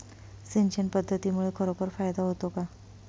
सिंचन पद्धतीमुळे खरोखर फायदा होतो का?